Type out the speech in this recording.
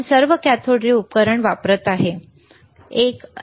आपण सर्व cathode ray tube उपकरण वापरले आहे बरोबर